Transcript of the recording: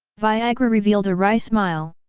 viagra revealed a wry smile.